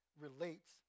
relates